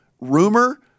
rumor